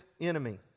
enemy